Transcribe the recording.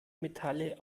metalle